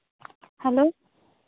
hello